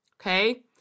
Okay